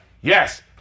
Yes